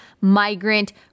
migrant